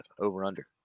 over-under